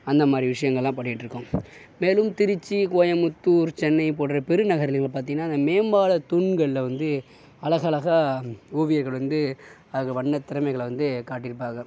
அந்த மாதிரி விஷயங்களெலாம் பண்ணிகிட்டு இருக்கோம் மேலும் திருச்சி கோயம்புத்தூர் சென்னை போன்ற பெரு நகரங்களில் பார்த்தீனா அந்த மேம்பால தூண்களில் வந்து அழகழகாக ஓவியர்கள் வந்து அவர்கள் வண்ணத்திறமைகளை வந்து காட்டியிருப்பாக